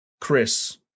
Chris